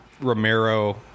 Romero